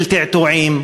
של תעתועים,